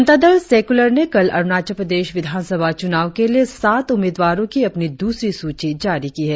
जनता दल सेक्यूलर ने कल अरुणाचल प्रदेश विधानसभा चुनाव के लिए सात उम्मीदवारों की अपनी दूसरी सूची जारी की है